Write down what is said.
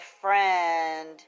friend